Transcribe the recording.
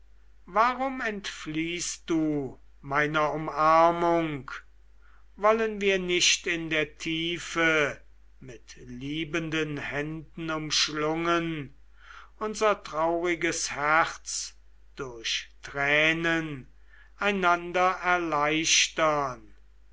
warum entfliehst du meiner umarmung wollen wir nicht in der tiefe mit liebenden händen umschlungen unser trauriges herz durch tränen einander erleichtern